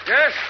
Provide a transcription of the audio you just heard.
Yes